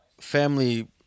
family